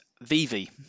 Vivi